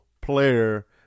player